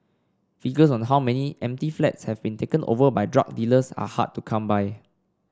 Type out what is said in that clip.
figures on how many empty flats have been taken over by drug dealers are hard to come by